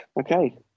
Okay